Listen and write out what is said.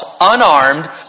unarmed